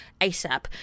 ASAP